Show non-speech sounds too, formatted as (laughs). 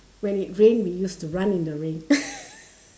when it rained we used to run in the rain (laughs)